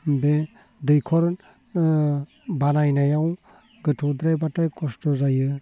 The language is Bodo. बे दैखर बानायनायाव गोथौद्रायबाथाय कस्त' जायो